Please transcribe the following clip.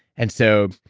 and so,